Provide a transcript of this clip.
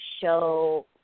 show